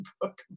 book